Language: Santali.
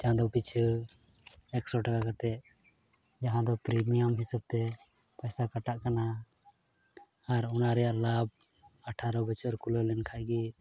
ᱪᱟᱸᱫᱳ ᱯᱤᱪᱷᱤ ᱮᱠᱥᱚ ᱴᱟᱠᱟ ᱠᱟᱛᱮᱫ ᱡᱟᱦᱟᱸ ᱫᱚ ᱦᱤᱥᱟᱹᱵᱽᱛᱮ ᱯᱚᱭᱥᱟ ᱠᱟᱴᱟᱜ ᱠᱟᱱᱟ ᱟᱨ ᱚᱱᱟ ᱨᱮᱭᱟᱜ ᱞᱟᱵᱷ ᱟᱴᱷᱟᱨᱳ ᱵᱚᱪᱷᱚᱨ ᱠᱷᱩᱞᱟᱹᱣ ᱞᱮᱱᱠᱷᱟᱡ ᱜᱮ